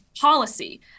policy